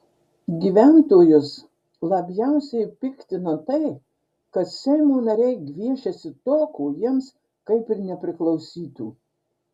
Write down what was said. gyventojus labiausiai piktina tai kad seimo nariai gviešiasi to ko jiems kaip ir nepriklausytų